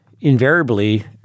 invariably